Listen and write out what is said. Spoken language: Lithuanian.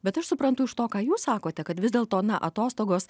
bet aš suprantu iš to ką jūs sakote kad vis dėlto na atostogos